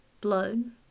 blown